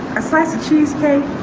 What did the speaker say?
a slice of cheesecake,